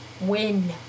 Win